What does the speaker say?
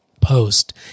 post